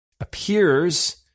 appears